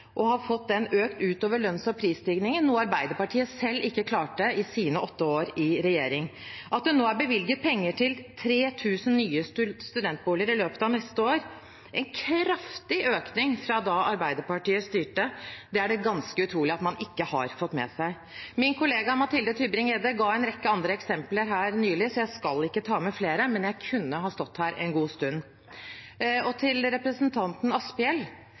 og har fått økt den utover pris- og lønnsstigningen, noe Arbeiderpartiet selv ikke klarte i sine åtte år i regjering at det nå er bevilget penger til 3 000 nye studentboliger i løpet av neste år – en kraftig økning fra da Arbeiderpartiet styrte – det er det ganske utrolig at man ikke har fått med seg Min kollega Mathilde Tybring-Gjedde ga en rekke andre eksempler her nylig, så jeg skal ikke ta med flere, men jeg kunne ha stått her en god stund. Til representanten Jorodd Asphjell: